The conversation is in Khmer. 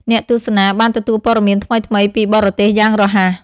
អ្នកទស្សនាបានទទួលព័ត៌មានថ្មីៗពីបរទេសយ៉ាងរហ័ស។